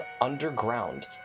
underground